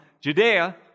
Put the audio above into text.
Judea